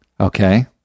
Okay